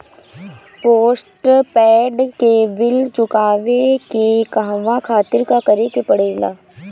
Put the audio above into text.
Postpaid के bill चुकावे के कहवा खातिर का करे के पड़ें ला?